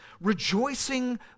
rejoicing